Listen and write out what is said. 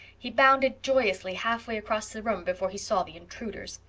he bounded joyously half way across the room before he saw the intruders.